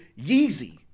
Yeezy